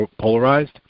polarized